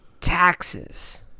taxes